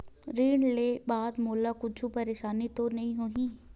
ऋण लेके बाद मोला कुछु परेशानी तो नहीं होही?